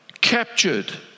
captured